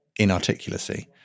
inarticulacy